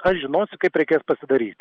aš žinosiu kaip reikės pasidaryt